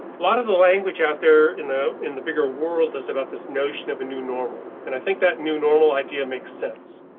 lot of the language out there in the in the bigger world is about this notion of a new normal, and i think that new normal idea makes sense,